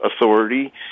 authority